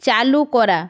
চালু করা